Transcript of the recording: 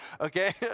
okay